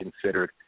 considered